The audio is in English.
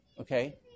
okay